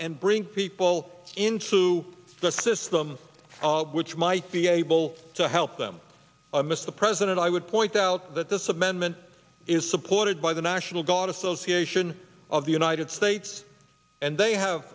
and bring people into the system which might be able to help them mr president i would point out that this amendment is supported by the national guard association of the united states and they have